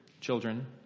children